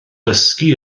dysgu